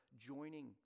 joining